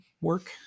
work